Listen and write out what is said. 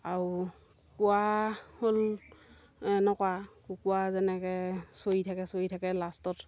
আৰু কুকুৰা হ'ল এনেকুৱা কুকুৰা যেনেকৈ চৰি থাকে চৰি থাকে লাষ্টত